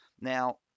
Now